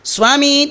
Swami